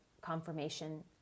confirmation